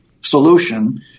solution